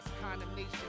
condemnation